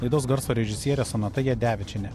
laidos garso režisierė sonata jadevičienė